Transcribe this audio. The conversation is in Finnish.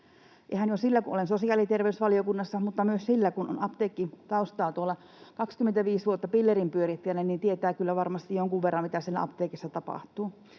siksi, kun olen sosiaali- ja terveysvaliokunnassa, mutta myös siksi, kun on apteekkitaustaa. 25 vuotta kun on pillerinpyörittäjänä, niin tietää kyllä varmasti jonkun verran, mitä siellä apteekissa tapahtuu.